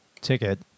ticket